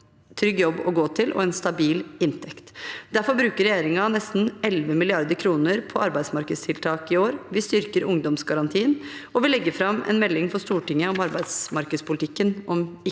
trygg jobb å gå til og en stabil inntekt. Derfor bruker regjeringen nesten 11 mrd. kr på arbeidsmarkedstiltak i år, vi styrker ungdomsgarantien, og vi legger fram en melding for Stortinget om arbeidsmarkedspolitikken om ikke